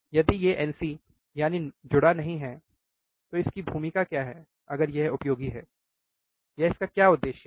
यदि यह nc है यानी जुड़ा नहीं है लेकिन इसकी भूमिका क्या है अगर यह उपयोगी है या इसका क्या उद्देश्य है